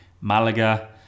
Malaga